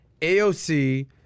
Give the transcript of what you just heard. AOC